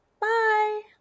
Bye